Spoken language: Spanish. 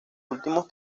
últimos